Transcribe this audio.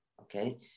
okay